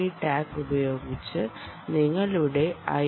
D tag ഉപയോഗിച്ച് നിങ്ങളുടെ I